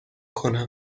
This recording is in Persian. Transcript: کنم